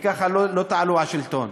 וככה לא תעלו לשלטון.